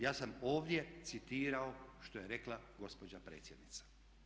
Ja sam ovdje citirao što je rekla gospođa predsjednica.